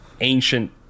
ancient